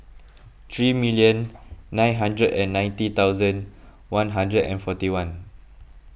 three million nine hundred and ninety thousand one hundred and forty one